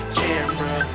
camera